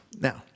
Now